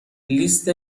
لیست